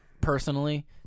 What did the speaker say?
personally